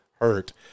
hurt